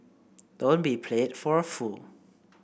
don't be played for a fool